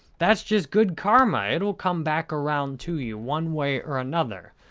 that's just good karma. it will come back around to you, one way or another.